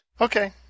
Okay